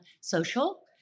social